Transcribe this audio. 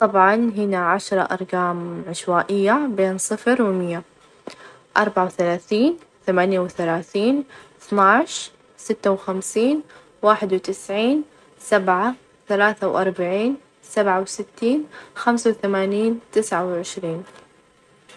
طبعًا هنا الأرقام من صفر إلى خمسةعشر بالترتيب عشوائي، سبعة، إثنين ،احداش، خمسة، صفر، اربعتاعش، ثلاثة ،ثمانية، واحد، اثناعش، اربعة، خمستاعش، ستة، تسعة، عشرة، ثلاتاعش.